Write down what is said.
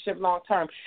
long-term